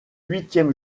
huitième